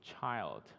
child